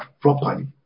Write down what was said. properly